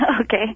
Okay